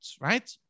right